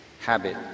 habit